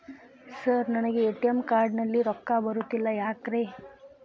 Sir ನನಗೆ ATM card ನಲ್ಲಿ ರೊಕ್ಕ ಬರತಿಲ್ಲ ಯಾಕ್ರೇ?